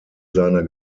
seiner